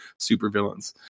supervillains